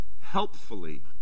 helpfully